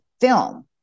film